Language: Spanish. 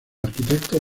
arquitecto